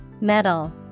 Metal